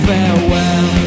Farewell